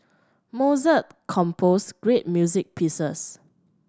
Mozart composed great music pieces